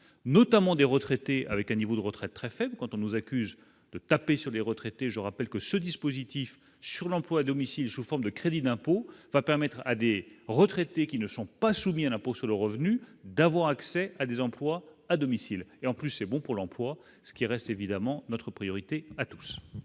notamment des retraités, avec un niveau de retraite très faible quand on nous accuse de taper sur les retraités, je rappelle que ce dispositif sur l'emploi à domicile, sous forme de crédit d'impôt va permettre à des retraités qui ne sont pas soumis à l'impôt sur le revenu, d'avoir accès à des emplois à domicile et en plus c'est bon pour l'emploi, ce qui reste évidemment notre priorité à tous.